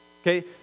Okay